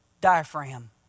diaphragm